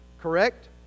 Correct